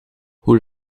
hoe